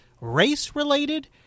race-related